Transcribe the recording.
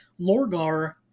Lorgar